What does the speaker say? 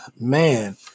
Man